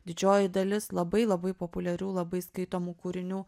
didžioji dalis labai labai populiarių labai skaitomų kūrinių